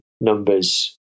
numbers